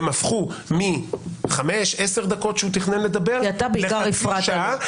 הן הפכו מחמש-עשר דקות שהוא תכנן לדבר לחצי שעה -- אתה בעיקר הפרעת לו.